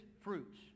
fruits